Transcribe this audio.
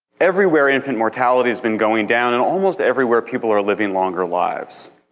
everywhere infant mortality has been going down, and almost everywhere people are living longer lives.